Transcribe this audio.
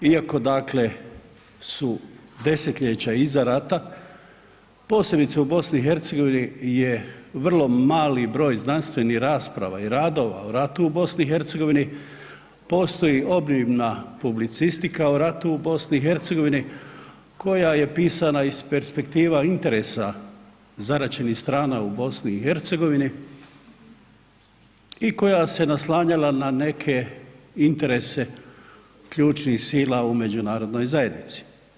Iako dakle su desetljeća iza rata posebice u BiH je vrlo mali broj znanstvenih rasprava i radova o ratu u BiH, postoji obimna publicistika o ratu u BiH koja je pisana iz perspektiva interesa zaraćenih strana u BiH i koja se naslanjala na neke interese ključnih sila u međunarodnoj zajednici.